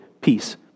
peace